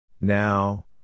Now